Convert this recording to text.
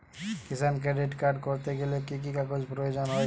কিষান credit card করতে গেলে কি কি কাগজ প্রয়োজন হয়?